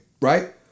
Right